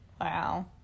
wow